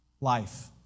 life